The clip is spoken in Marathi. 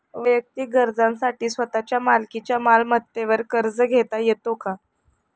वैयक्तिक गरजांसाठी स्वतःच्या मालकीच्या मालमत्तेवर कर्ज घेता येतो का?